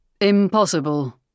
Impossible